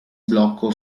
blocco